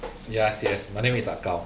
ya yes my name is ah gao